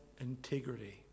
integrity